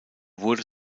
wurde